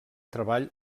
treball